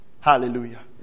hallelujah